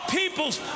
peoples